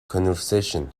conversation